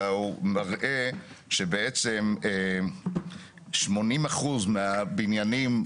אלא הוא מראה שבעצם 80% מהבניינים,